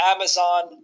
Amazon